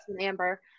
Amber